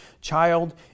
child